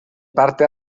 parte